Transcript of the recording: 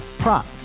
prop